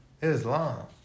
Islam